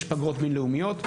יש פגרות בין לאומיות.